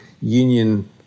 union